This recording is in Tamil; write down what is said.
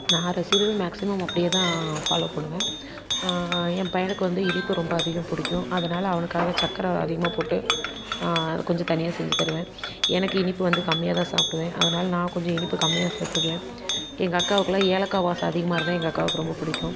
நான் ரெசிப்பி மேக்ஸிமம் அப்படியே தான் ஃபாலோவ் பண்ணுவேன் என் பையனுக்கு வந்து இனிப்பு ரொம்ப அதிகம் பிடிக்கும் அதனால் அவனுக்காக சக்கரை அதிகமாக போட்டு கொஞ்சம் தனியாக செஞ்சு தருவேன் எனக்கு இனிப்பு வந்து கம்மியாகதான் சாப்பிடுவேன் அதனால் நான் கொஞ்சம் இனிப்பு கம்மியாக சாப்பிட்டுக்குவேன் எங்கள் அக்காவுக்குலாம் ஏலக்காய் வாசம் அதிகமாக இருந்தால் எங்கள் அக்காவுக்கு ரொம்ப பிடிக்கும்